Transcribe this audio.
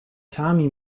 tommy